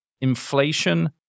Inflation